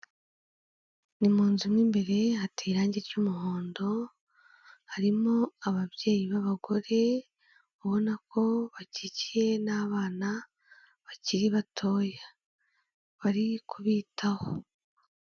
Ni mu nzu mo imbere hateye irangi ry'umuhondo, harimo ababyeyi b'abagore ubona ko bakikiye n'abana bakiri batoya, bari kubitaho.